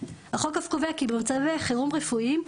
החוק אף קובע כי במצבי חירום רפואיים,